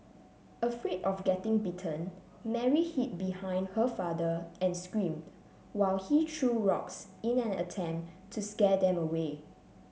afraid of getting bitten Mary hid behind her father and screamed while he threw rocks in an attempt to scare them away